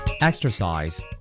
Exercise